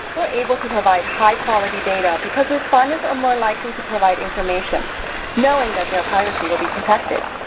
we're able to provide high quality data because respondents are more likely to provide information knowing that their privacy will be protected.